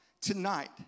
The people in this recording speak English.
Tonight